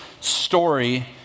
story